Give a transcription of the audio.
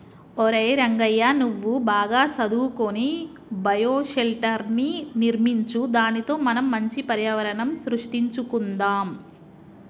ఒరై రంగయ్య నువ్వు బాగా సదువుకొని బయోషెల్టర్ర్ని నిర్మించు దానితో మనం మంచి పర్యావరణం సృష్టించుకొందాం